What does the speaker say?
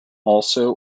also